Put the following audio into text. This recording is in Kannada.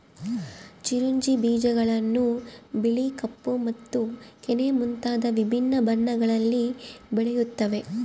ಚಿರೊಂಜಿ ಬೀಜಗಳನ್ನು ಬಿಳಿ ಕಪ್ಪು ಮತ್ತು ಕೆನೆ ಮುಂತಾದ ವಿಭಿನ್ನ ಬಣ್ಣಗಳಲ್ಲಿ ಬೆಳೆಯುತ್ತವೆ